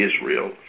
Israel